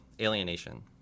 alienation